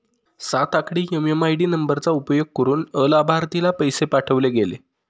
सात आकडी एम.एम.आय.डी नंबरचा उपयोग करुन अलाभार्थीला पैसे पाठवले गेले